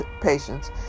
patients